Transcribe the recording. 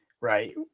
right